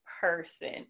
person